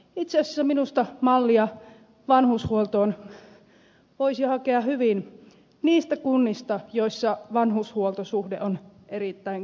itse asiassa minusta mallia vanhushuoltoon voisi hakea hyvin niistä kunnista joissa vanhushuoltosuhde on erittäin korkea